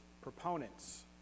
proponents